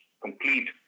complete